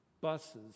buses